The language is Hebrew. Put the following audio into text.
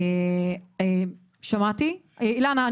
אילנה,